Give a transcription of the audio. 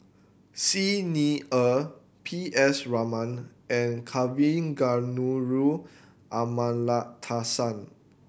Xi Ni Er P S Raman and Kavignareru Amallathasan